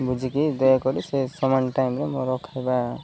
ବୁଝିକି ଦୟାକରି ସେ ସମାନ ଟାଇମରେ ମୋର ଖାଇବା